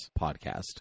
podcast